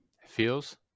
feels